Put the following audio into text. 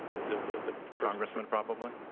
the the congressman probably.